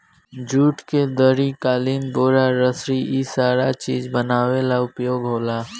जुट के दरी, कालीन, बोरा, रसी इ सारा चीज बनावे ला उपयोग होखेला